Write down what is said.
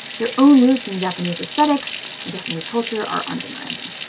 their own roots in japanese aesthetics and japanese culture are undeniable.